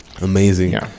Amazing